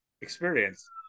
experience